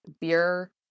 beer